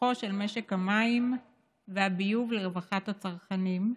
פיתוחו של משק המים והביוב לרווחת הצרכנים,